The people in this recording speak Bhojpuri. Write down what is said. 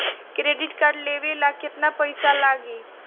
क्रेडिट कार्ड लेवे ला केतना पइसा लागी?